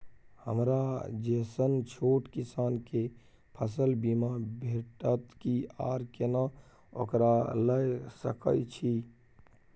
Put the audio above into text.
हमरा जैसन छोट किसान के फसल बीमा भेटत कि आर केना ओकरा लैय सकैय छि?